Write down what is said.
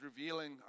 revealing